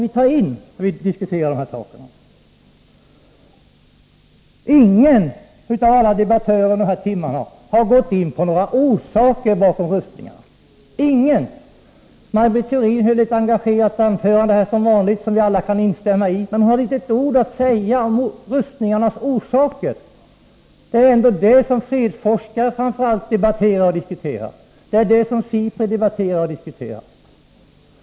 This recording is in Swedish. Inte någon av debattörerna i dag har gått in på orsakerna bakom rustningarna. Ingen! Maj Britt Theorin höll som vanligt ett engagerat anförande, som vi alla kan instämma i, men hon hade inte ett ord att säga om rustningarnas orsaker. Det är ändå detta som fredsforskare framför allt debatterar och diskuterar. Det är orsakerna som SIPRI debatterar och diskuterar.